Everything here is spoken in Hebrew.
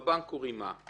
בבנק הוא רימה.